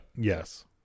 Yes